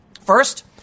First